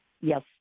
Yes